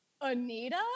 Anita